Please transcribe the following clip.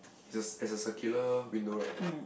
is a is a circular window right